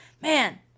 Man